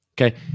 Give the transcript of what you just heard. Okay